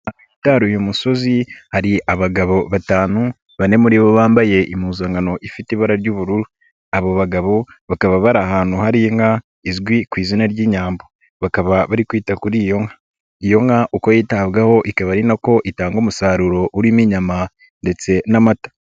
Bitaruye umusozi hari abagabo batanu bane muri bo bambaye impuzannkano ifite ibara ry'ubururu abo bagabo bakaba bari ahantu hari inka izwi ku izina ry'inyamboba bari kwita kuri iyo nka iyo nka uko yitabwaho ikaba ari nako itanga umusaruro urimo inyama ndetse n'amata.